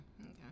okay